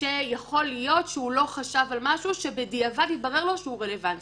שיכול להיות שהוא לא חשב על משהו ובדיעבד התברר לו שהוא רלוונטי.